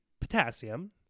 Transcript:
potassium